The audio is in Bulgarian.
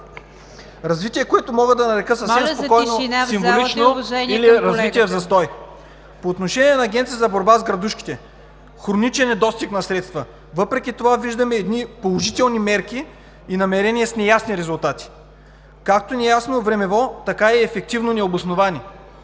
развитие, което мога да нарека съвсем спокойно символично или развитие в застой. По отношение на Агенцията за борба с градушките – хроничен недостиг на средства. Въпреки това виждаме едни положителни мерки и намерения с неясни резултати, както неясно времево, така и ефективно необосновани.